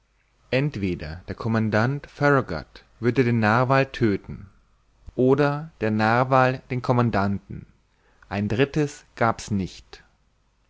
entweder der commandant farragut würde den narwal tödten oder der narwal den commandanten ein drittes gab's nicht